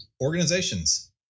organizations